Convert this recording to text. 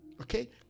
okay